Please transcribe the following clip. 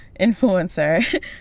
influencer